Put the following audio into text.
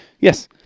Yes